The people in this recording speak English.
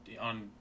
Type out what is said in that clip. on